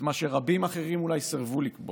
את מה שרבים אחרים אולי סירבו לקבוע,